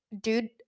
dude